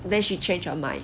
then she change her mind